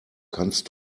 kannst